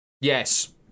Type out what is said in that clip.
Yes